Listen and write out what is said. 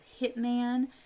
hitman